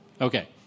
Okay